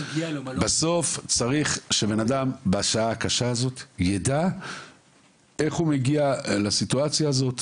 בסוף צריך שבן אדם בשעה הקשה הזאת ידע איך הוא מגיע לסיטואציה הזאת,